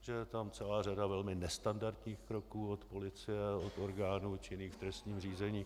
Že je tam celá řada velmi nestandardních kroků od policie, od orgánů činných v trestním řízení.